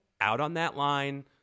out-on-that-line